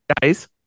guys